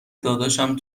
داداشم